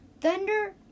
Thunder